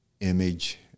image